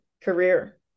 career